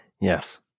Yes